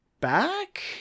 back